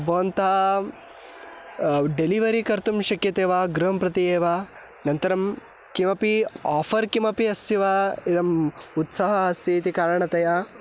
भवन्तः डेलिवरि कर्तुं शक्यते वा गृहं प्रति एव अ नन्तरं किमपि आफ़र् किमपि अस्ति वा इदम् उत्सवः अस्ति इति कारणतया